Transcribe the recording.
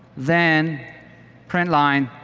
then paren line,